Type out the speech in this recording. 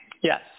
Yes